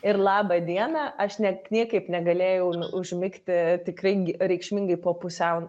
ir labą dieną aš nek niekaip negalėjau užmigti tikrai gi reikšmingai po pusiau